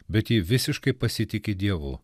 bet ji visiškai pasitiki dievu